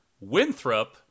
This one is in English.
Winthrop